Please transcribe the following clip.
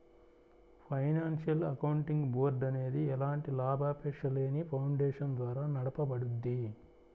financial accounting board అనేది ఎలాంటి లాభాపేక్షలేని ఫౌండేషన్ ద్వారా నడపబడుద్ది